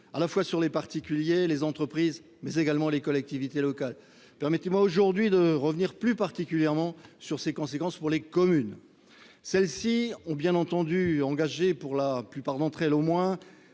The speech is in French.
à la fois pour les particuliers, les entreprises et les collectivités locales. Permettez-moi aujourd'hui de revenir plus particulièrement sur ses conséquences pour les communes. Celles-ci ont bien entendu engagé, pour la plupart d'entre elles au moins,